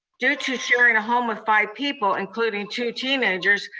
due to sharing a home with five people, including two teenagers,